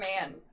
man